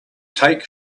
take